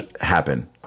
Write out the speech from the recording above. happen